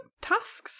Tasks